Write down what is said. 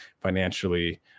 financially